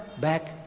back